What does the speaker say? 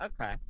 Okay